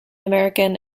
american